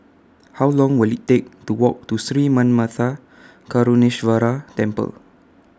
How Long Will IT Take to Walk to Sri Manmatha Karuneshvarar Temple